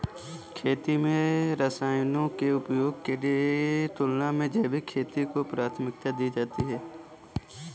खेती में रसायनों के उपयोग की तुलना में जैविक खेती को प्राथमिकता दी जाती है